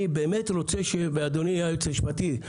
אני באמת רוצה שאדוני היועץ המשפטי,